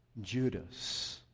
Judas